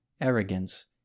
arrogance